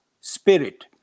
spirit